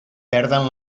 perden